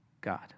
God